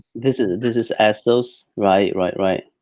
this is this is essos, right, right, right.